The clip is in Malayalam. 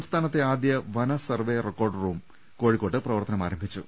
സംസ്ഥാനത്തെ ആദ്യ വനസർവ്വേറെക്കോർഡ് റൂം കോഴി ക്കോട്ട് പ്രവർത്തനമാരംഭിച്ചു